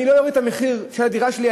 אני לא אוריד את המחיר של הדירה שלי,